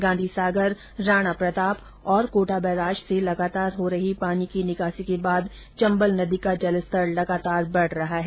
गांधीसागर राणाप्रताप और कोटा बैराज से लगातार हो रही पानी की निकासी के बाद चंबल नदी का जलस्तर बढ रहा है